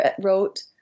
wrote